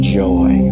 joy